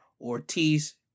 Ortiz